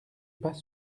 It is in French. pas